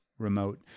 remote